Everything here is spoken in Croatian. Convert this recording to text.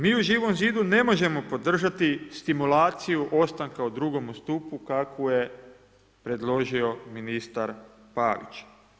Mi u Živom zidu ne možemo podržati stimulaciju ostanka u 2. stupu kakvu je predložio ministar Pavić.